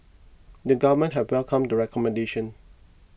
the government had welcomed the recommendations